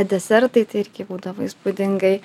desertai tai irgi būdavo įspūdingai